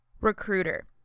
recruiter